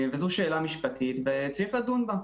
זו שאלה משפטית וצריך לדון בה.